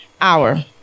hour